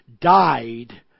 died